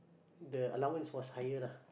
the allowance was higher lah